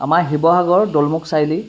আমাৰ শিৱসাগৰ দৌলমুখ চাৰিআলি